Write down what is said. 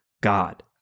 God